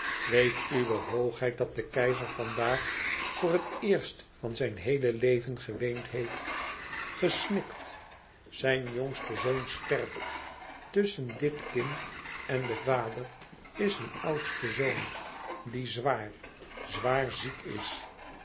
weet uwe hoogheid dat de keizer vandaag voor het eerst van zijn heele leven geweend heeft gesnikt zijn jongste zoon sterft tusschen dit kind en den vader is een oudste zoon die zwaar zwaar ziek is